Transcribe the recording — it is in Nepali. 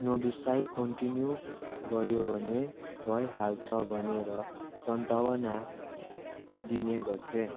नबिसाइ कन्टिन्यू गऱ्यो भने भइहाल्छ भनेर सन्त्वाना दिने गर्थेँ